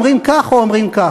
אומרים כך או אומרים כך?